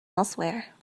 elsewhere